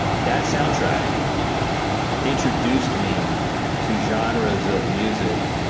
that soundtrack introduced me to genres of music,